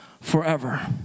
forever